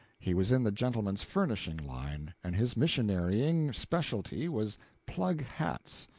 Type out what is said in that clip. he was in the gentlemen's furnishing line, and his missionarying specialty was plug hats.